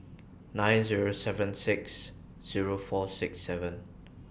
nine Zero seven six Zero four six seven